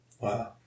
Wow